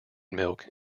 milk